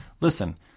listen